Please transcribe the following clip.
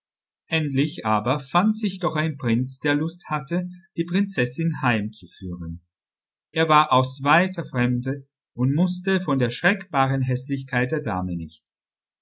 endlich aber fand sich doch ein prinz der lust hatte die prinzessin heimzuführen er war aus weiter fremde und mußte von der schreckbaren häßlichkeit der dame nichts